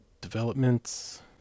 developments